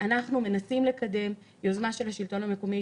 אנחנו מנסים לקדם יוזמה של השלטון המקומי,